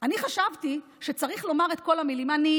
אני חשבתי שצריך לומר את כל המילים: אני,